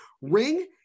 ring